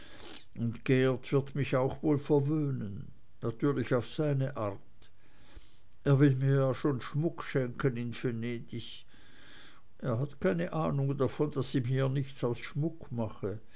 und geert wird mich auch wohl verwöhnen natürlich auf seine art er will mir ja schon schmuck schenken in venedig er hat keine ahnung davon daß ich mir nichts aus schmuck mache